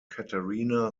katarina